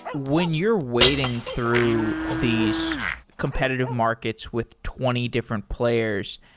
when you're waiting through these competitive markets with twenty different players,